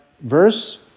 verse